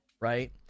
right